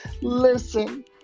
Listen